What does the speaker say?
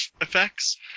effects